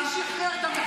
מי שחרר את המחבלים?